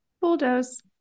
bulldoze